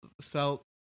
felt